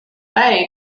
fay